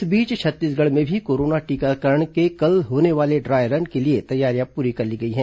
इस बीच छत्तीसगढ़ में भी कोरोना टीकाकरण के कल होने वाले ड्राय रन के लिए तैयारियां पूरी कर ली गई हैं